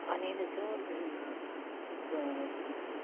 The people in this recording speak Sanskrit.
अनेन च ततः